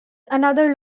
another